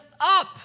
up